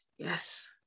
Yes